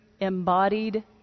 embodied